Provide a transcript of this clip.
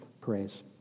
praise